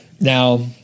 Now